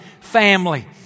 family